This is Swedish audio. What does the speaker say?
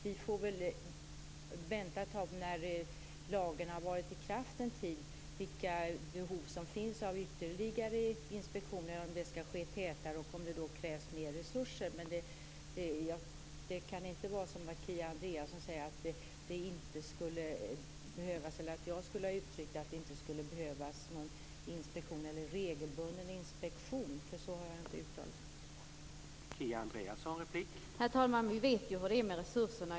Vi får vänta tills lagen har varit kraft en tid och se vilka behov som finns av ytterligare inspektioner, om de skall ske tätare och om det då krävs mer resurser.